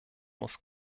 muss